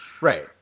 Right